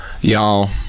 Y'all